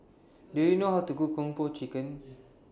Do YOU know How to Cook Kung Po Chicken